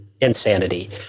insanity